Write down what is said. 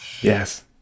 Yes